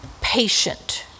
patient